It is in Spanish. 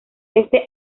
este